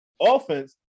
offense